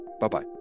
Bye-bye